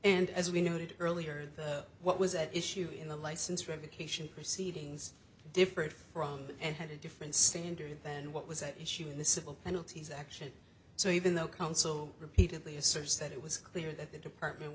and as we noted earlier that what was at issue in the license revocation proceedings differed from and had a different standard than what was at issue in the civil penalties action so even though counsel repeatedly asserts that it was clear that the department